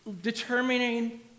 determining